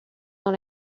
dans